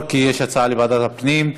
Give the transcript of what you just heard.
לוועדת הפנים.